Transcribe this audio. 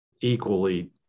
equally